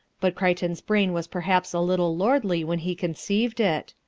but crichton's brain was perhaps a little lordly when he conceived it.